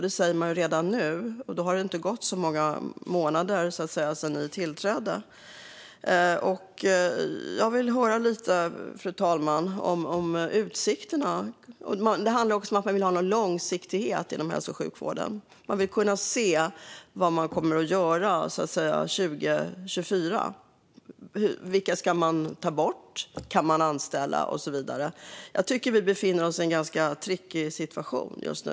Det säger man redan nu, och då har det inte gått så många månader sedan den nya regeringen tillträdde. Fru talman! Jag vill höra lite om utsikterna. Det handlar också om att man vill ha långsiktighet inom hälso och sjukvården. Man vill kunna se vad man kommer att göra 2024. Vilka ska man ta bort? Kan man anställa? Jag tycker att vi ekonomiskt befinner oss i en ganska tricky situation just nu.